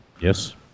Yes